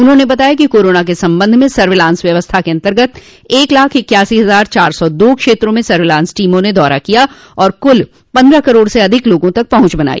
उन्होंने बताया कि कोरोना के संबंध में सर्विलांस व्यवस्था के अन्तर्गत एक लाख इक्यासी हजार चार सौ दो क्षेत्रो में सर्विलांस टीमों ने दौरा किया और कुल पन्द्रह करोड़ से अधिक लोगों तक पहुंच बनाई